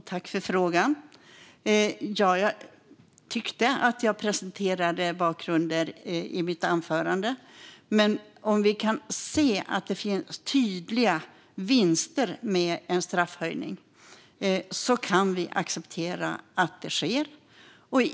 Fru talman! Jag tackar för frågan! Jag tyckte att jag presenterade bakgrunder i mitt anförande, men: Om vi kan se att det finns tydliga vinster med en straffhöjning kan vi acceptera att det sker.